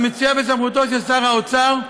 המצוי בסמכותו של שר האוצר,